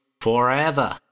forever